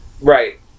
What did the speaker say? Right